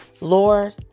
Lord